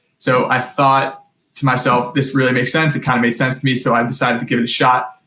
so, i thought to myself, this really makes sense, it kind of made sense to me, so i decided to give it a shot.